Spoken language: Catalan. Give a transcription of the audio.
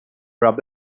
prop